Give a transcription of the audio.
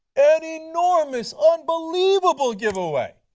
an enormous, unbelievable giveaway.